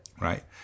Right